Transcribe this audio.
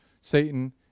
Satan